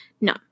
No